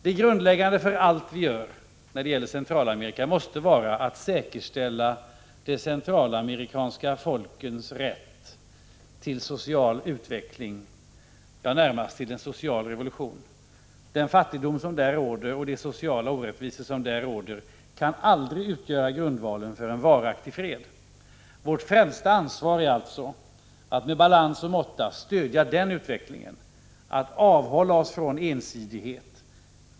Det grundläggande för allt vi gör när det gäller Centralamerika måste vara att säkerställa de centralamerikanska folkens rätt till social utveckling, ja, närmast till social revolution. Den fattigdom som där råder och de sociala orättvisorna kan aldrig utgöra grundvalen för en varaktig fred. Vårt främsta ansvar är alltså att med balans och måtta stödja denna utveckling och avhålla oss från ensidighet.